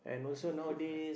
improved right